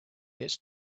its